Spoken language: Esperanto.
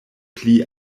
pli